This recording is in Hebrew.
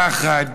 פחד,